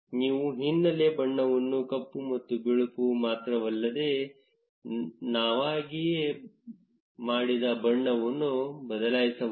ನೀವು ಹಿನ್ನೆಲೆ ಬಣ್ಣವನ್ನು ಕಪ್ಪು ಮತ್ತು ಬಿಳುಪು ಮಾತ್ರವಲ್ಲದೆ ನಾವಾಗಿಯೇ ಮಾಡಿದ ಬಣ್ಣವನ್ನು ಬದಲಾಯಿಸಬಹುದು